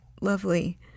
lovely